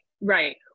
right